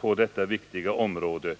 på detta viktiga område.